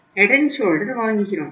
Head and Shoulder வாங்குகிறோம்